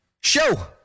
Show